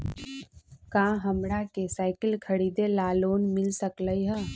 का हमरा के साईकिल खरीदे ला लोन मिल सकलई ह?